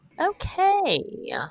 Okay